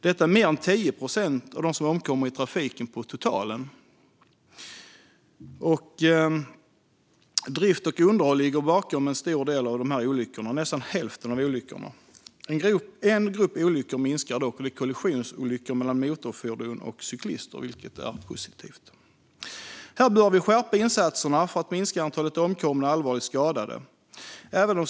Detta är mer än 10 procent av dem som omkommer i trafiken på totalen. Drift och underhåll ligger bakom en stor del av olyckorna - nästan hälften av dem. En grupp olyckor minskar dock, och det är kollisionsolyckor mellan motorfordon och cyklister. Det är positivt. Vi bör skärpa insatserna för att minska antalet omkomna och allvarligt skadade.